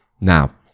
now